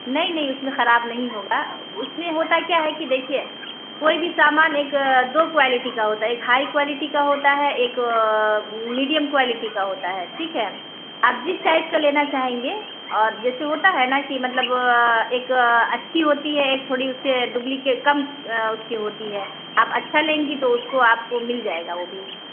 نہیں نہیں اس میں خراب نہیں ہوگا اس میں ہوتا کیا ہے کہ دیکھیے کوئی بھی سامان ایک دو کوالٹی کا ہوتا ہے ایک ہائی کوالٹی کا ہوتا ہے ایک میڈیم کوالٹی کا ہوتا ہے ٹھیک ہے آپ جس ٹائز کا لینا چاہیں گے اور جیسے ہوتا ہے نا کہ مطلب ایک اچھی ہوتی ہے ایک تھوڑی اس سے ڈبلیکیٹ کم اس کی ہوتی ہے آپ اچھا لیں گی تو اس کو آپ کو مل جائے گا وہ بھی